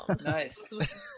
nice